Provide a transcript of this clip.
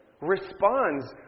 responds